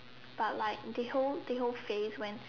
but like the whole the whole phase when